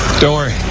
door